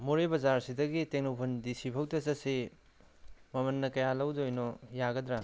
ꯃꯣꯔꯦ ꯕꯖꯥꯔꯁꯤꯗꯒꯤ ꯇꯦꯡꯅꯧꯄꯜ ꯗꯤ ꯁꯤꯐꯥꯎꯗ ꯆꯠꯁꯤ ꯃꯃꯜꯅ ꯀꯌꯥ ꯂꯧꯗꯣꯏꯅꯣ ꯌꯥꯒꯗ꯭ꯔꯥ